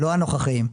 לא הנוכחיים.